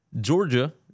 Georgia